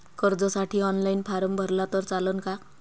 कर्जसाठी online form भरला तर चालन का?